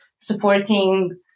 supporting